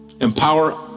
Empower